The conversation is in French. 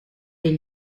des